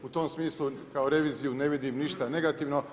U tom smislu kao reviziju ne vidim ništa negativno.